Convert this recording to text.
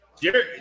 Jerry